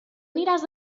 aniràs